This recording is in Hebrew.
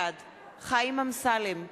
בעד חיים אמסלם,